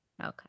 Okay